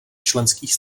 členských